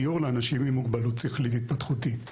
דיור לאנשים עם מוגבלות שכלית התפתחותית.